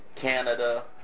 Canada